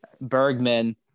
Bergman